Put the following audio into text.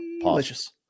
Delicious